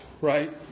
right